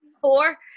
four